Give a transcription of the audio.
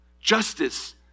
justice